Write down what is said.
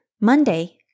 Monday